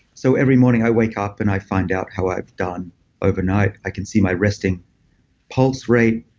so every morning, i wake up and i find out how i've done overnight. i can see my resting pulse rate,